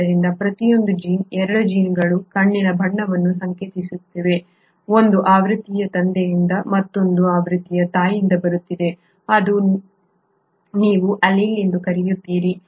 ಆದ್ದರಿಂದ ಪ್ರತಿಯೊಂದು ಜೀನ್ ಎರಡೂ ಜೀನ್ಗಳು ಕಣ್ಣಿನ ಬಣ್ಣವನ್ನು ಸಂಕೇತಿಸುತ್ತಿವೆ ಒಂದು ಆವೃತ್ತಿಯು ತಂದೆಯಿಂದ ಮತ್ತು ಇನ್ನೊಂದು ಆವೃತ್ತಿಯು ತಾಯಿಯಿಂದ ಬರುತ್ತಿದೆ ಇದನ್ನು ನೀವು ಆಲೀಲ್ ಎಂದು ಕರೆಯುತ್ತೀರಿ